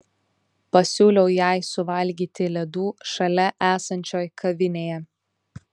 pasiūliau jai suvalgyti ledų šalia esančioj kavinėje